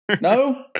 no